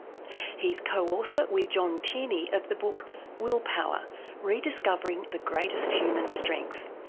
he's co-author with john tierney of the book willpower rediscovering the greatest human strength,